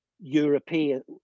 European